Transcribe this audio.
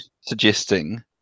suggesting